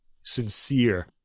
sincere